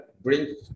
bring